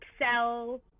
Excel